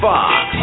Fox